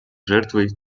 жертвой